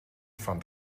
fand